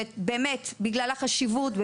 באמת, בגלל החשיבות.